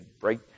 break